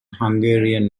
hungarian